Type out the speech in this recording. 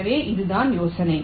எனவே இதுதான் யோசனை